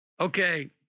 Okay